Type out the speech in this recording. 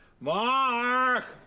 Mark